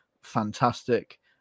fantastic